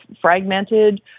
fragmented